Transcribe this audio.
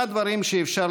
מגניבה.